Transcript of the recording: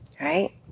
right